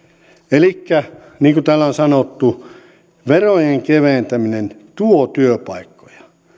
elikkä niin kuin täällä on sanottu verojen keventäminen tuo työpaikkoja